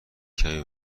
کمی